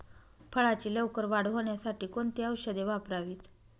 फळाची लवकर वाढ होण्यासाठी कोणती औषधे वापरावीत?